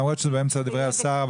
למרות שזה באמצע דברי השר,